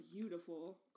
beautiful